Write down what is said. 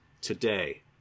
Today